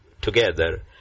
together